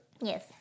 Yes